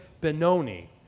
Benoni